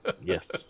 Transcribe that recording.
yes